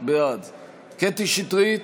בעד קטי קטרין שטרית,